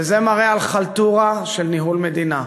וזה מראה על חלטורה של ניהול מדינה.